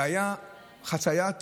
והייתה חציית